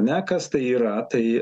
ne kas tai yra tai